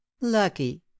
Lucky